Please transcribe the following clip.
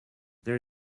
there